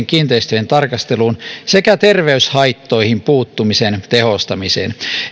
kiinteistöjen tarkasteluun sekä terveyshaittoihin puuttumisen tehostamiseen